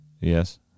Yes